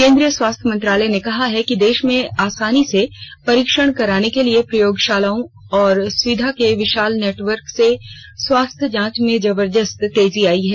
केन्द्रीय स्वास्थ्य मंत्रालय ने कहा है कि देश में आसानी से परीक्षण कराने के लिए प्रयोगशालाओं और सुविधाओं के विशाल नेटवर्क से स्वास्थ्य जांच में जबरदस्त तेजी आयी है